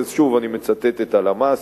ושוב אני מצטט את הלמ"ס,